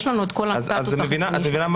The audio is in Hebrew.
יש לנו את כל הסטטוס החיסוני שלהם.